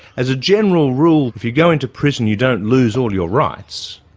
as a general rule if you go into prison you don't lose all your rights,